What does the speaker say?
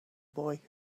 boy